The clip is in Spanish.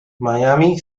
miami